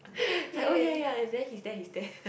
like oh ya ya he's there he's there